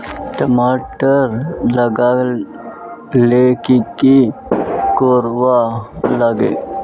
टमाटर लगा ले की की कोर वा लागे?